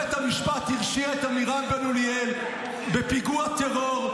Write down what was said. בית המשפט הרשיע את עמירם בן אוליאל בפיגוע טרור,